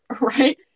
right